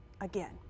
again